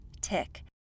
tick